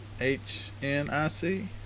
H-N-I-C